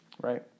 Right